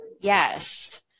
yes